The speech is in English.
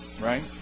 right